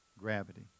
gravity